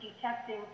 detecting